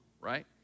right